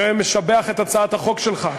אני משבח את הצעת החוק שלך,